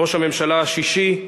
ראש הממשלה השישי,